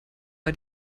war